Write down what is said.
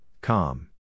calm